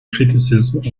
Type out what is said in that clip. criticism